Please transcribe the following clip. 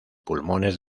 pulmones